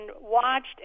watched